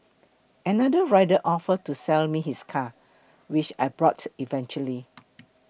another rider offer to sell me his car which I brought eventually